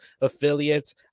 affiliates